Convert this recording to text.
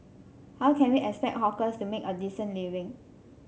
how can we expect hawkers to make a decent living